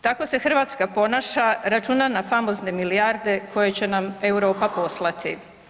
Tako se Hrvatska ponaša, računa na famozne milijarde koje će nam Europa poslati.